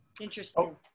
Interesting